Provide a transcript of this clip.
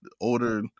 older